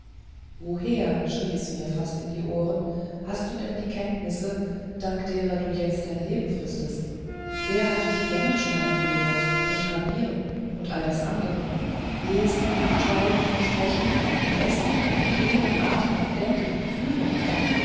woher schrie es mir fast in die ohren hast du denn die kenntnisse dank derer du jetzt dein leben fristest wer hat dich gemmenschneiden gelehrt und gravieren und all das andere lesen schreiben sprechen und essen und gehen atmen denken und fühlen